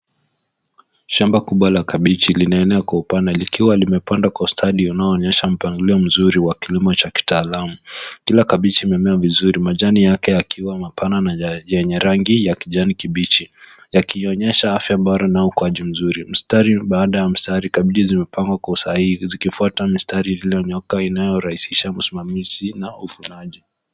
Shamba kubwa la kabichi linaenea kwa upana likiwa limepanda kwa ustadi unaoonyesha mpangilio mzuri wa kilimo cha kitaalamu. Kila kabichi imimea vizuri, majani yake yakiwa mapana na ya yenye rangi ya kijani kibichi, yakionyesha afya bora na ukuaji mzuri. Mstari baada ya mstari, kabichi zimepangwa kwa usahihi, zikifuata mistari iliyonyooka inayorahisisha usimamizi na uvunaji.